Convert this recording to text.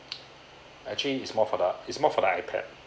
actually it's more for the it's more for the I pad